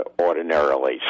ordinarily